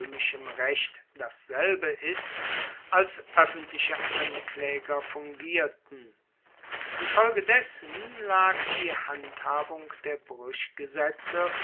recht dasselbe ist als oeffentliche anklaeger fungierten infolgedessen lag die handhabung der